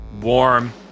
warm